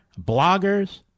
bloggers